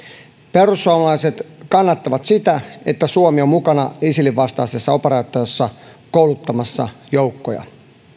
perussuomalaiset kannattavat sitä että suomi on mukana isilin vastaisessa operaatiossa kouluttamassa joukkoja